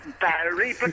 Barry